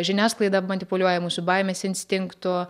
žiniasklaida manipuliuoja mūsų baimės instinktu